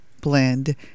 blend